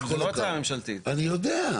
זו לא ההצעה הממשלתית אני יודע,